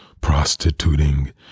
prostituting